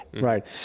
Right